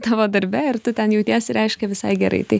tavo darbe ir tu ten jautiesi reiškia visai gerai tai